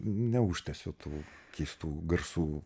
neužtęsiu tų keistų garsų